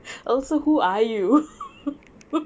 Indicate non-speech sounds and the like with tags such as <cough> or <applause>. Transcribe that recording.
also who are you <laughs>